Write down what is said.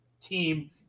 team